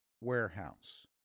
warehouse